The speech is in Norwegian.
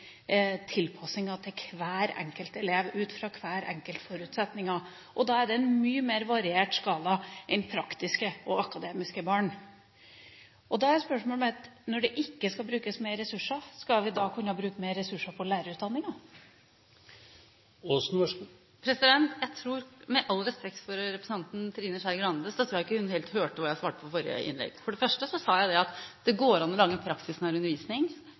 tilpassinga til hver enkelt elev, ut fra hver enkelts forutsetning. Da er det en mye mer variert skala enn praktiske og akademiske barn. Spørsmålet mitt er da: Når det ikke skal brukes mer ressurser, skal vi da kunne bruke mer ressurser på lærerutdanninga? Med all respekt for representanten Trine Skei Grande – så tror jeg ikke hun helt hørte hva jeg svarte på forrige replikk. For det første sa jeg at det går an å lage en praksisnær undervisning